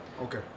Okay